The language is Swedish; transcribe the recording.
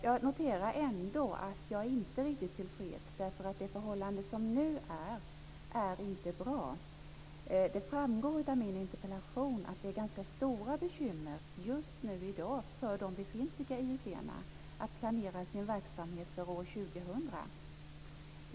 Jag noterar ändå att jag inte är riktigt tillfreds. Det förhållande som nu är, är inte bra. Det framgår av min interpellation att det är ganska stora bekymmer just nu i dag för de befintliga IUC att planera sin verksamhet för år 2000.